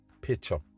picture